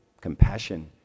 compassion